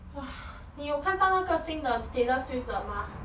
!wah! 你有看到那个新的 taylor swift 的吗